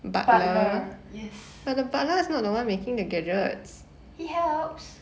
butler yes he helps